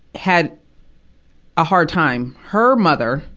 had a hard time. her mother,